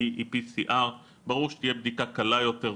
היא PCR. ברור שתהיה בדיקה קלה יותר,